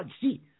see